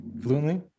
Fluently